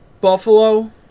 Buffalo